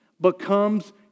becomes